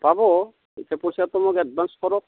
পাব এতিয়া পইচাটো মোক এডভান্স কৰক